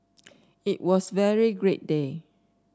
it was very great day